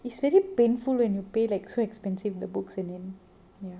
it's very painful when you pay like so expensive the books and then